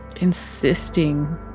insisting